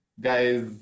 Guys